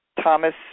Thomas